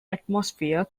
atmosphere